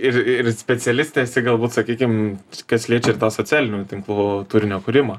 ir ir specialistė esi galbūt sakykim kas liečia ir socialinių tinklų turinio kūrimą